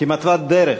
כמתוות דרך.